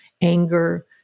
anger